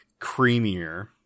creamier